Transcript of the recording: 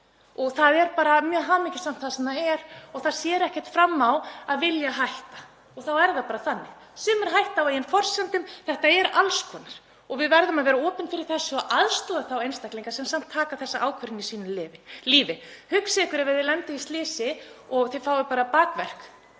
Það er bara mjög hamingjusamt þar sem það er og það sér ekki fram á að vilja hætta og þá er það bara þannig. Sumir hætta á eigin forsendum. Þetta er alls konar. Við verðum að vera opin fyrir þessu og aðstoða þá einstaklinga sem taka þessa ákvörðun í sínu lífi. Hugsið ykkur ef þið lendið í slysi og þið fáið bakverk